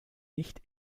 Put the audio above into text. nicht